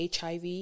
HIV